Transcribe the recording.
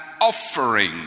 Offering